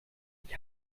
ich